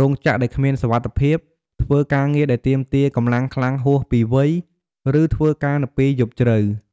រោងចក្រដែលគ្មានសុវត្ថិភាព ធ្វើការងារដែលទាមទារកម្លាំងខ្លាំងហួសពីវ័យ ឬធ្វើការនៅពេលយប់ជ្រៅ។